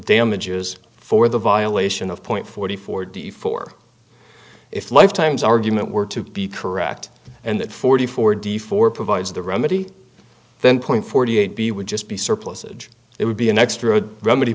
damages for the violation of point forty four d for if lifetimes argument were to be correct and that forty four d for provides the remedy then point forty eight b would just be surplusage it would be an extra remedy